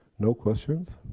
no questions?